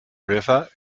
river